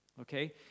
Okay